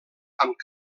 amb